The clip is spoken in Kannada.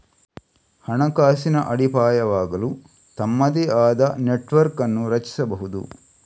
ಹಣಕಾಸಿನ ಅಡಿಪಾಯವಾಗಲು ತಮ್ಮದೇ ಆದ ನೆಟ್ವರ್ಕ್ ಅನ್ನು ರಚಿಸಬಹುದು